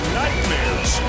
nightmares